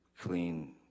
clean